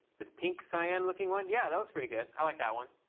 this pink cyan looking one? yeah, that looks pretty good. i like that one.